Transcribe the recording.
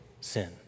sin